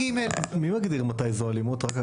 מי מגדיר מתי זאת אלימות,